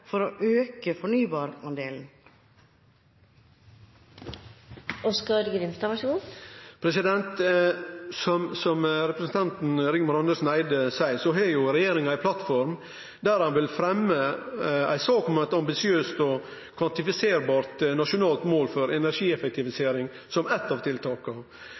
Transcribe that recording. for å øke fornybarandelen? Som representanten Rigmor Andersen Eide seier, har regjeringa ei plattform der ein som eitt av tiltaka vil fremje ei sak om eit ambisiøst og kvantifiserbart nasjonalt mål for